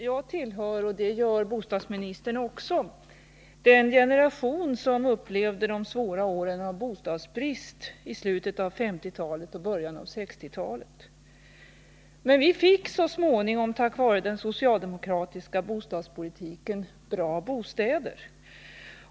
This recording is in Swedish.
Fru talman! Jag tillhör, liksom bostadsministern, den generation som fick uppleva de svåra åren av bostadsbrist i slutet av 1950-talet och början av 1960-talet. Men vi fick så småningom, tack vare den socialdemokratiska bostadspolitiken, bra bostäder.